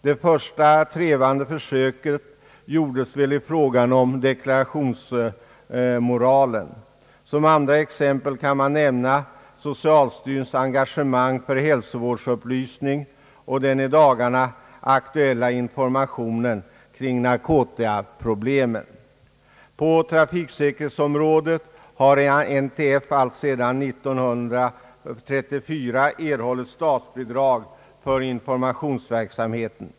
Det första trevande försöket gjordes väl i fråga om deklarationsmoralen. Socm andra exempel kan man nämna socialstyrelsens engagemang för hälsovårdsupplysning och den i dagarna aktuella informationen kring narkotikaproblemet. På trafiksäkerhetsområdet har NTF alltsedan år 1934 erhållit statsbidrag för informationsverksamheten.